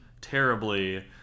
terribly